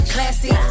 Classy